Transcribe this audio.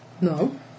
No